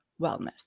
wellness